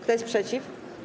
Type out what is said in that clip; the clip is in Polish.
Kto jest przeciw?